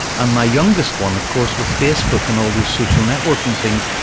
and my youngest one of course with facebook and all those social networking things.